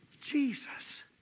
Jesus